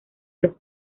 los